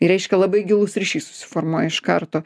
ir reiškia labai gilus ryšys susiformuoja iš karto